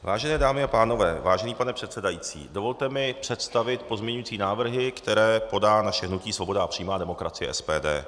Vážené dámy a pánové, vážený pane předsedající, dovolte mi představit pozměňovací návrhy, které podá naše hnutí Svoboda a přímá demokracie SPD.